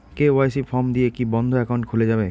KYC form দিয়ে কি বন্ধ একাউন্ট খুলে যাবে?